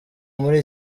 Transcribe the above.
muri